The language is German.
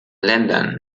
ländern